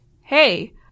hey